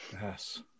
Yes